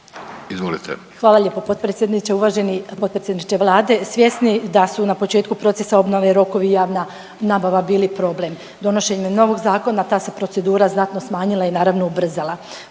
Hvala lijepo potpredsjedniče. Uvaženi potpredsjedniče Vlade. Svjesni da su na početku procesa obnove rokovi i javna nabava bili problem, donošenjem novog zakona ta se procedura znatno smanjila i naravno ubrzala.